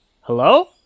hello